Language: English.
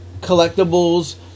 collectibles